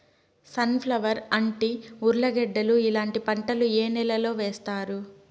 Sun flower, అంటి, ఉర్లగడ్డలు ఇలాంటి పంటలు ఏ నెలలో వేస్తారు?